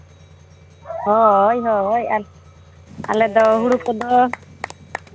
ᱦᱳᱭ ᱦᱳᱭ ᱟᱨ ᱟᱞᱮᱫᱚ ᱦᱩᱲᱩ ᱠᱚᱫᱚ